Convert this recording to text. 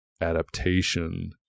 adaptation